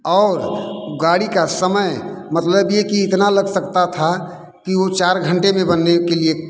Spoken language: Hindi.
और गाड़ी का समय मतलब ये कि इतना लग सकता था कि वो चार घंटे में बनने के लिए